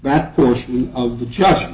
that portion of the judge